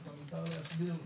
אז לא ניתן להסביר לו.